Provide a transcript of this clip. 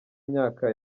myaka